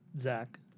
Zach